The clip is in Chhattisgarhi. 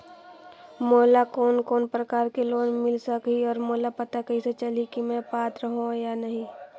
मोला कोन कोन प्रकार के लोन मिल सकही और मोला पता कइसे चलही की मैं पात्र हों या नहीं?